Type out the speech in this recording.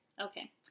Okay